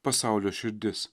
pasaulio širdis